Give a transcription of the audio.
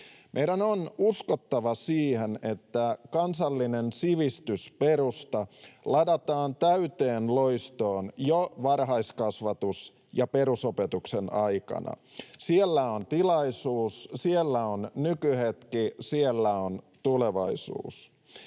Meidän on uskottava siihen, että kansallinen sivistysperusta ladataan täyteen loistoon jo varhaiskasvatus- ja perusopetuksen aikana. Siellä on tilaisuus, siellä on nykyhetki, siellä on tulevaisuus.